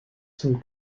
zum